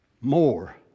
more